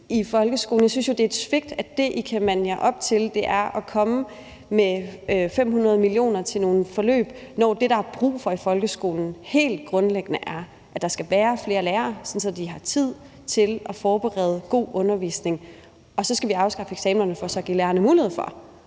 Jeg synes jo, det er et svigt, at det, I kan mande jer op til, er at komme med 500 mio. kr. til nogle forløb, når det, der er brug for i folkeskolen, helt grundlæggende er, at der skal være flere lærere, sådan at de har tid til at forberede god undervisning, og så skal vi afskaffe eksamenerne for så at give lærerne mulighed for